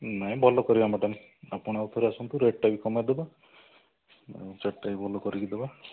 ନାହିଁ ଭଲ କରିବା ମ୍ୟାଡ଼ାମ୍ ଆପଣ ଆଉଥରେ ଆସନ୍ତୁ ରେଟ୍ଟା ବି କମାଇଦେବା ଚାଟ୍ଟା ବି ଭଲ କରିକି ଦେବା